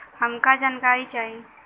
हमका जानकारी चाही?